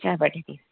च पठति